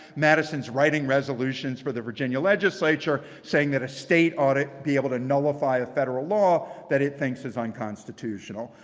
madison's writing resolutions for the virginia legislature saying that a state audit be able to nullify a federal law that it thinks is unconstitutional.